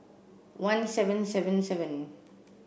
one seven seven seven